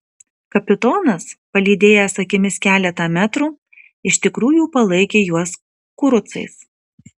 kapitonas palydėjęs akimis keletą metrų iš tikrųjų palaikė juos kurucais